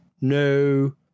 no